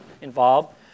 involved